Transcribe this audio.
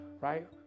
Right